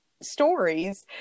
stories